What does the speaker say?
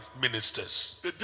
ministers